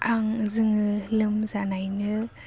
आं जोङो लोमजानायनो